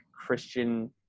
christian